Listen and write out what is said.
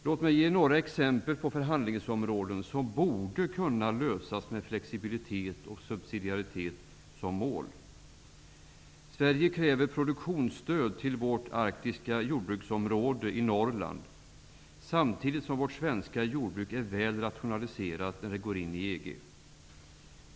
Låt mig ge några exempel på problem inom olika förhandlingsområden som borde kunna lösas med en flexibilitet och subsidiaritet som mål. Sverige kräver produktionsstöd till det arktiska jordbruksområdet i Norrland. Samtidigt blir det svenska jordbruket väl rationaliserat när Sverige blir medlem i EG.